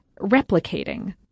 replicating